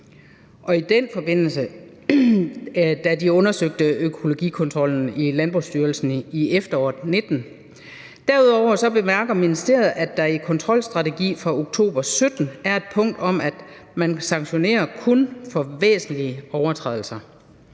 gjorde opmærksom på, da de undersøgte økologikontrollen i Landbrugsstyrelsen i efteråret 2019. Derudover bemærker ministeriet, at der i kontrolstrategien fra oktober 2017 er et punkt om, at man kun sanktionerer ved væsentlige overtrædelser.